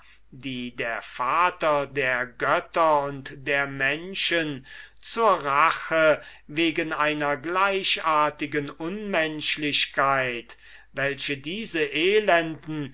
die der vater der götter und der menschen zur rache wegen einer gleichartigen unmenschlichkeit die diese elenden